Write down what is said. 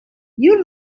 you